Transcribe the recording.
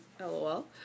Lol